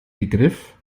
begriff